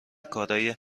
کارای